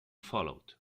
followed